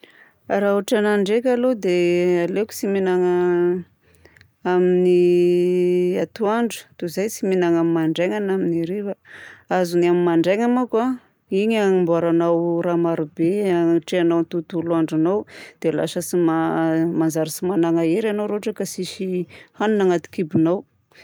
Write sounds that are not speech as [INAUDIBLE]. Raha ôtranahy ndraika aloha dia [HESITATION] aleoko tsy mihinagna [HESITATION] amin'ny [HESITATION] atoandro toy izay tsy mihinagna mandraina na amin'ny hariva. Azony amin'ny mandraina manko a iny amboaranao raha marobe anatrehanao tontolo andronao dia lasa tsy ma- [HESITATION] manjary tsy manana hery ianao raha ohatra ka tsisy hanina agnaty kibonao.